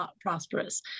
prosperous